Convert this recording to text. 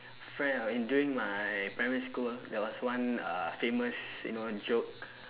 friend ah in during my primary school there was one uh famous you know joke